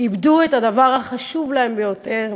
איבדו את הדבר החשוב להן ביותר,